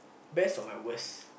best of my worst